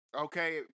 Okay